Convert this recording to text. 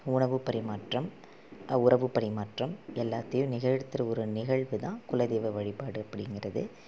உணவு பரிமாற்றம் உறவு பரிமாற்றம் எல்லாத்தையும் நிகழ்த்துகிற ஒரு நிகழ்வு தான் குலதெய்வ வழிபாடு அப்படிங்கறது